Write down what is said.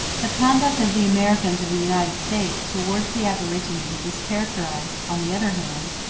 the conduct of the americans of the united states towards the aborigines is characterized, on the other hand,